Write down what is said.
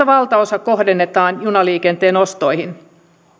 valtaosa kohdennetaan junaliikenteen ostoihin